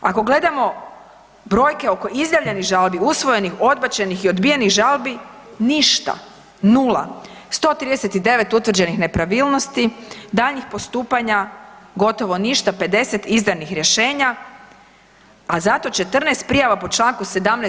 Ako gledamo brojke oko izjavljenih žalbi, usvojenih, odbačeni i odbijenih žalbi, ništa, nula, 139 utvrđenih nepravilnosti, daljnjih postupanja gotovo ništa, 50 izdanih rješenja, a zato 14 prijava po čl. 17.